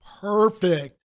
perfect